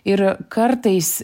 ir kartais